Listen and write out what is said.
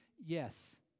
Yes